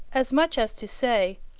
as much as to say,